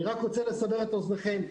אני רוצה לסבר את אוזנכם.